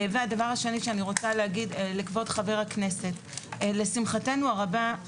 והדבר השני שאני רוצה להגיד לכבוד חברי הכנסת לשמחתנו הרבה,